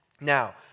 Now